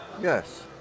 Yes